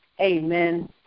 Amen